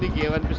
ah us